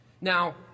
Now